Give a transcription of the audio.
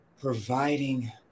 providing